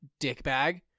dickbag